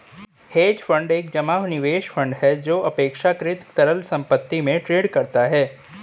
hedge fund एक जमा निवेश फंड है जो अपेक्षाकृत तरल संपत्ति में ट्रेड करता है